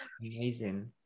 amazing